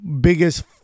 biggest